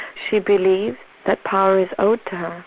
she believes that power is owed to her,